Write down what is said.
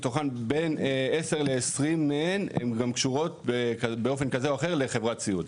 מתוכן בין 10 ל-20 מהן גם קשורות באופן כזה או אחר לחברת סיעוד.